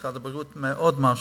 משרד הבריאות עוד משהו,